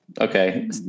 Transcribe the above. Okay